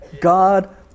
God